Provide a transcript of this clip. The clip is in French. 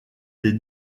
des